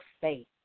faith